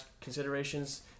considerations